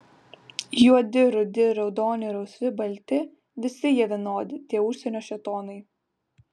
juodi rudi raudoni rausvi balti visi jie vienodi tie užsienio šėtonai